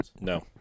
No